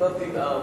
אתה תנאם,